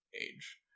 age